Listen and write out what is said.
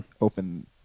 open